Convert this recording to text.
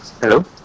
Hello